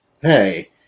hey